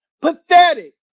pathetic